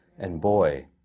and boy.